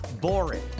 boring